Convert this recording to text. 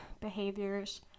behaviors